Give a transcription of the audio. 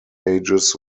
ages